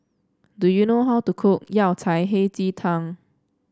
do you know how to cook Yao Cai Hei Ji Tang